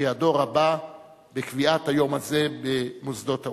שידו רבה בקביעת היום הזה במוסדות האו"ם.